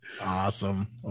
Awesome